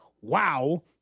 wow